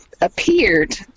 appeared